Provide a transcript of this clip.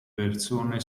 persone